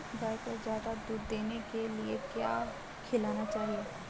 गाय को ज्यादा दूध देने के लिए क्या खिलाना चाहिए?